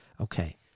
Okay